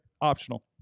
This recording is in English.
optional